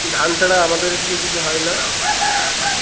ধান ছাড়া আমাদের দিকে কিছু হয় না